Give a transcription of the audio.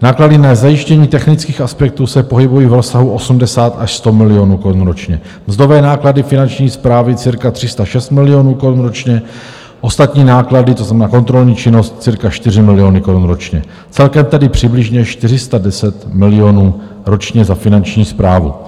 Náklady na zajištění technických aspektů se pohybují v rozsahu 80 až 100 milionů korun ročně, mzdové náklady Finanční správy cirka 306 milionů korun ročně, ostatní náklady, to znamená kontrolní činnost, cirka 4 miliony korun ročně, celkem tedy přibližně 410 milionů korun ročně za Finanční správu.